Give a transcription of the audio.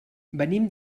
venim